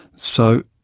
so,